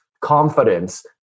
confidence